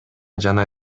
жана